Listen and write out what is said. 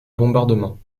bombardements